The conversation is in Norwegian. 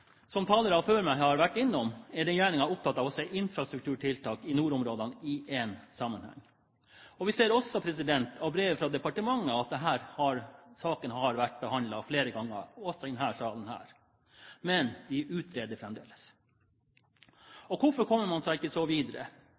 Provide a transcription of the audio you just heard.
som talere før meg har vært innom, er regjeringen opptatt av å se infrastrukturtiltak i nordområdene i en sammenheng. Vi ser også av brevet fra departementet at denne saken har vært behandlet flere ganger, også i denne salen, men vi utreder fremdeles. Hvorfor kommer man seg ikke videre? Det kan være et relevant spørsmål å stille. Jeg har ikke noen gode svar, men så